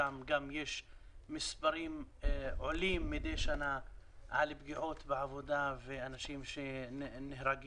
שם יש מספרים עולים מדי שנה של פגיעות בעבודה ואנשים שנהרגים.